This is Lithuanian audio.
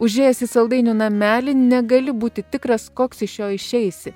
užėjęs į saldainių namelį negali būti tikras koks iš jo išeisi